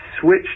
switch